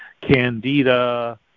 candida